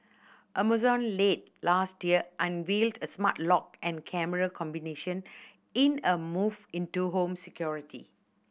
Amazon late last year unveiled a smart lock and camera combination in a move into home security